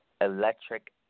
Electric